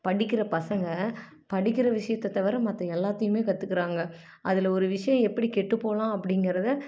படிக்கின்ற பசங்க படிக்கின்ற விஷயத்தை தவிர மற்ற எல்லாத்தியும் கற்றுக்குறாங்க அதில் ஒரு விஷயம் எப்படி கெட்டு போகலாம் அப்படிங்கிறத